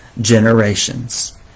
generations